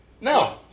No